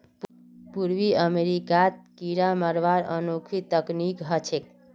पूर्वी अमेरिकात कीरा मरवार अनोखी तकनीक ह छेक